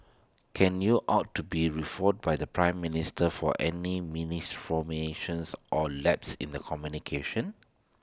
can you ought to be refuted by the Prime Minister for any misinformations or lapses in the communication